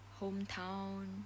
hometown